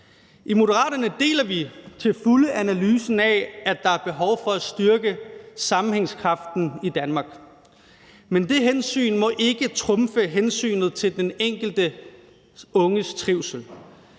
I Moderaterne deler vi til fulde analysen af, at der er behov for at styrke sammenhængskraften i Danmark, men det hensyn må ikke trumfe hensynet til den enkelte unges trivsel